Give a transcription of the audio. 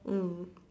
mm